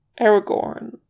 Aragorn